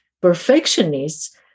perfectionists